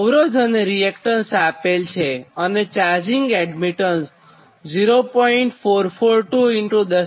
અવરોધ અને રીએક્ટન્સ આપેલ છે અને ચાર્જિંગ એડમીટન્સ 0